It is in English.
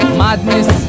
madness